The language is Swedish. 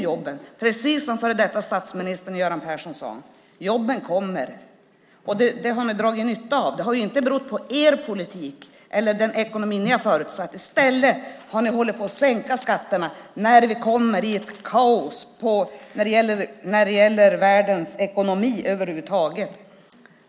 Det var precis som före detta statsministern Göran Persson sade: Jobben kommer. Det har ni dragit nytta av. Det har inte berott på er politik eller den ekonomi som ni har förutsatt. I stället har ni hållit på att sänka skatterna när vi kommit i ett kaos i världens ekonomi över huvud taget.